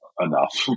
enough